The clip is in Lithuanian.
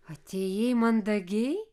atėjai mandagiai